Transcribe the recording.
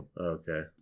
okay